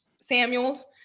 Samuels